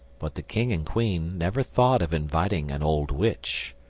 but the king and queen never thought of inviting an old witch.